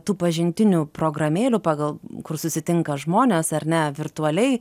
tų pažintinių programėlių pagal kur susitinka žmonės ar ne virtualiai